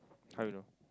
how you know